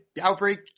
outbreak